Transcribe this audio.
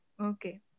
Okay